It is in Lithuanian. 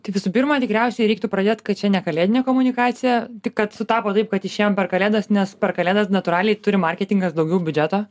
tai visų pirma tikriausiai reiktų pradėt kad čia ne kalėdinė komunikacija tik kad sutapo taip kad išėjom per kalėdas nes per kalėdas natūraliai turi marketingas daugiau biudžeto